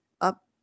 up